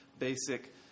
basic